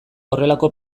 horrelako